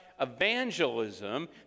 evangelism